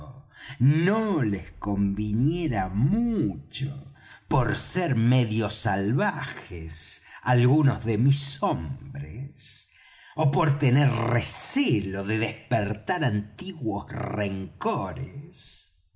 no les conviniera mucho por ser medio salvajes algunos de mis hombres ó por tener recelo de despertar antiguos rencores